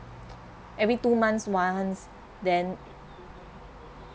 every two months once then